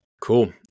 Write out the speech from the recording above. Cool